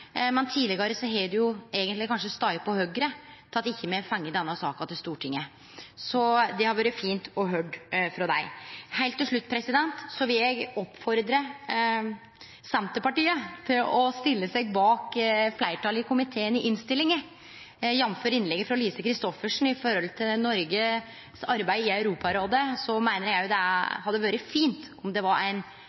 men tidlegare har det kanskje stått på Høgre at me ikkje har fått denne saka til Stortinget, så det hadde vore fint å få høyre frå dei. Til slutt vil eg oppfordre Senterpartiet til å støtte fleirtalsinnstillinga. Jamfør innlegget frå Lise Christoffersen om arbeidet til Noreg i Europarådet meiner eg det hadde vore fint om det var ein